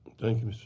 thank you,